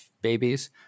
babies